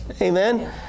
Amen